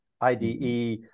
IDE